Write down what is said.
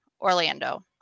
Orlando